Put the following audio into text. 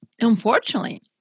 unfortunately